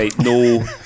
no